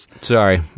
sorry